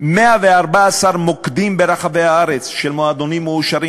114 מוקדים ברחבי הארץ של מועדונים מאושרים